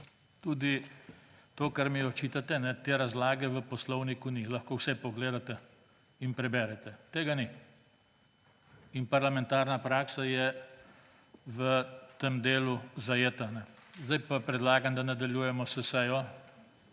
Tudi to, kar mi očitate, te razlage v poslovniku ni. Lahko vse pogledate in preberete, tega ni. In parlamentarna praksa je v tem delu zajeta. Zdaj pa predlagam, da nadaljujemo s sejo.